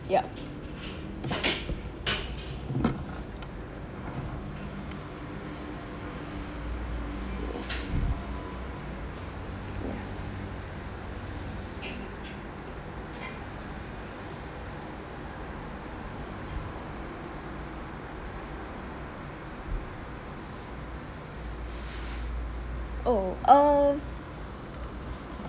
yup oh uh